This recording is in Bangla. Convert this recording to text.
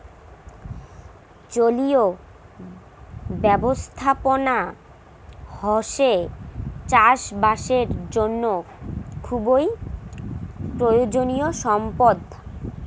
জলীয় ব্যবস্থাপনা হসে চাষ বাসের জন্য খুবই প্রয়োজনীয় সম্পদ